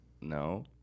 No